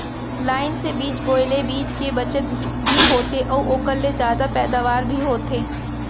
line से बीज बोए ले बीच के बचत भी होथे अउ ओकर ले जादा पैदावार भी होथे